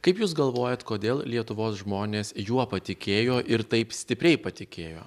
kaip jūs galvojat kodėl lietuvos žmonės juo patikėjo ir taip stipriai patikėjo